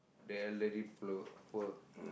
the elderly po~ poor